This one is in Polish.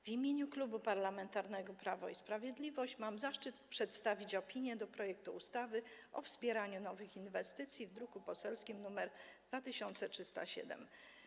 W imieniu Klubu Parlamentarnego Prawo i Sprawiedliwość mam zaszczyt przedstawić opinię odnośnie do projektu ustawy o wspieraniu nowych inwestycji, druk poselski nr 2307.